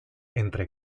entre